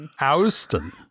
austin